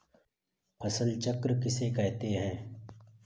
फसल चक्र किसे कहते हैं?